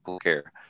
care